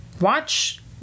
Watch